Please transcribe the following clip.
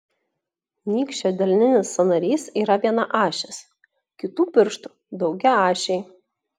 nykščio delninis sąnarys yra vienaašis kitų pirštų daugiaašiai